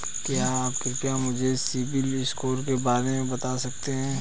क्या आप कृपया मुझे सिबिल स्कोर के बारे में बता सकते हैं?